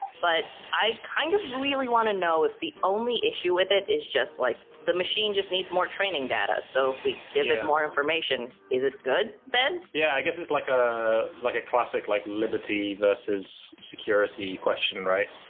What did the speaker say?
but i kind of really wanna know if the only issue with it is just like, the machine just needs more training data, so if we give it more information, is it good then? yeah, i guess it's like ah a classic like liberty versus security question, right?